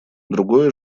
другое